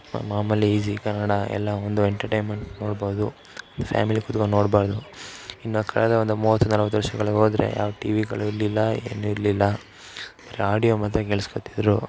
ಮಾಮುಲಿ ಈ ಝೀ ಕನ್ನಡ ಎಲ್ಲ ಒಂದು ಎಂಟರ್ಟೈಮೆಂಟ್ ನೋಡ್ಬೋದು ಒಂದು ಫ್ಯಾಮಿಲಿ ಕೂತ್ಕೊಂಡು ನೋಡ್ಬಾರ್ದು ಇನ್ನೂ ಕಳೆದ ಒಂದು ಮೂವತ್ತು ನಲ್ವತ್ತು ವರ್ಷಗಳು ಹೋದರೆ ಯಾವ ಟಿವಿಗಳು ಇಲ್ಲಿಲ್ಲ ಏನು ಇಲ್ಲಿಲ್ಲ ಆದರೆ ಆಡಿಯೋ ಮಾತ್ರ ಕೇಳಿಸ್ಕೊಳ್ತಿದ್ರು